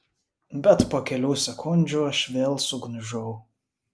bet po kelių sekundžių aš vėl sugniužau